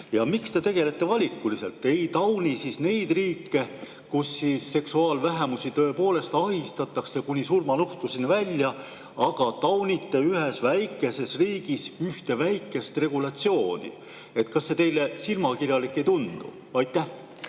Miks te tegelete valikuliselt: ei tauni neid riike, kus seksuaalvähemusi tõepoolest ahistatakse, kuni surmanuhtluseni välja, aga taunite ühes väikeses riigis ühte väikest regulatsiooni? Kas see teile silmakirjalik ei tundu? Suur